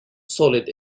solid